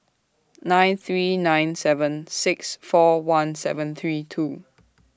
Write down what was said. nine three nine seven six four one seven three two